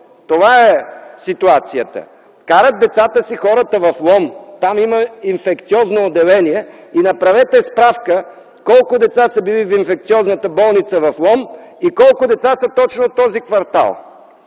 Това е ситуацията. Хората карат децата си в Лом. Там има Инфекциозно отделение. Направете справка колко деца са били за Инфекциозната болница в Лом и колко деца са точно от този квартал.